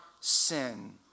sin